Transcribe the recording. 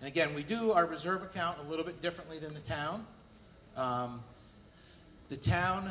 and again we do our reserve account a little bit differently than the town the town